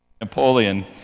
Napoleon